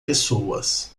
pessoas